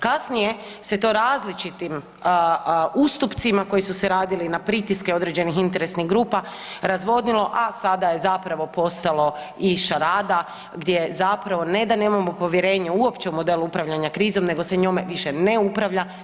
Kasnije se to različitim ustupcima koji su se radili na pritiske određenih interesnih grupa razvodnilo, a sada je zapravo postalo i šarada gdje zapravo ne da nemamo povjerenje uopće u model upravljanja krizom nego se njome više ne upravlja.